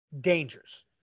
dangers